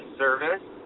service